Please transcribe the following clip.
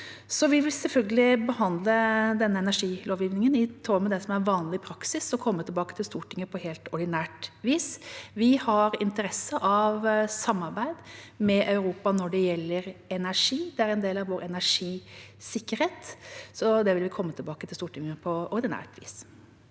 Vi vil selvfølgelig behandle denne energilovgivningen i tråd med det som er vanlig praksis, og komme tilbake til Stortinget på helt ordinært vis. Vi har interesse av samarbeid med Europa når det gjelder energi, det er en del av vår energisikkerhet. Så det vil vi komme tilbake til Stortinget med på ordinært vis.